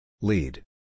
Lead